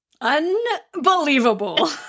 unbelievable